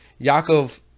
Yaakov